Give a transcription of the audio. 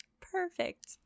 Perfect